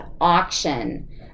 auction